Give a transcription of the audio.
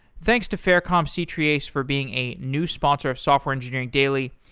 thanks to faircom c-treeace for being a new sponsor of software engineering daily,